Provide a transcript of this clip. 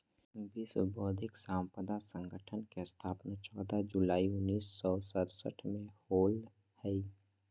विश्व बौद्धिक संपदा संगठन के स्थापना चौदह जुलाई उननिस सो सरसठ में होलय हइ